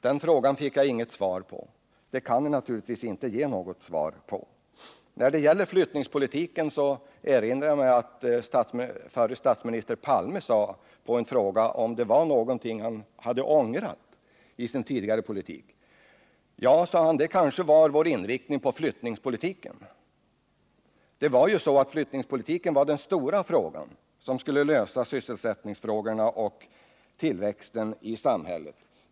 Den frågan fick jag inget svar på, och ni kan naturligtvis inte ge något sådant. När det gäller flyttningspolitiken erinrar jag mig vad förre statsministern Palme sade som svar på en fråga om det fanns någonting han hade ångrat i sin tidigare politik. Ja, sade han, kanske vår inriktning på flyttningspolitiken. Flyttningspolitiken skulle ju klara sysselsättningen och tillväxten i samhället.